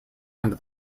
under